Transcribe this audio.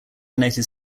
united